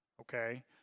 okay